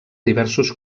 diversos